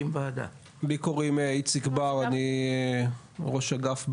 לי קוראים איציק בר, אני ראש אגף במל"ל,